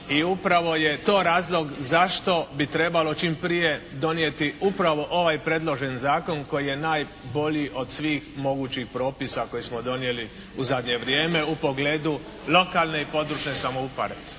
i upravo je to razlog zašto bi trebalo čim prije donijeti upravo ovaj predloženi zakon koji je najbolji od svih mogućih propisa koje smo donijeli u zadnje vrijeme u pogledu lokalne i područne samouprave.